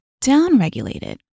downregulated